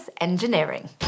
engineering